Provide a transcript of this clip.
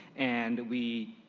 and we